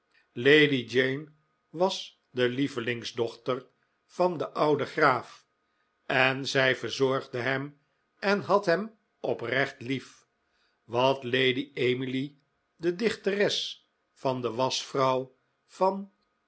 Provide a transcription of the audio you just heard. lady jane was de lievelingsdochter van den ouden graaf en zij verzorgde hem en had hem oprecht lief wat lady emily de dichteres van de waschvrouw van